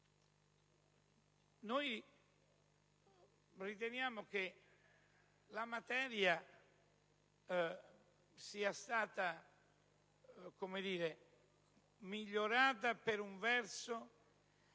Noi riteniamo che la materia sia stata migliorata per un verso,